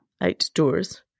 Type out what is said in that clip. Outdoors